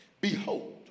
Behold